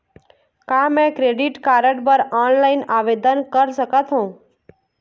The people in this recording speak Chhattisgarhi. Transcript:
का मैं क्रेडिट कारड बर ऑनलाइन आवेदन कर सकथों?